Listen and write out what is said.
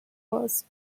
was